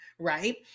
right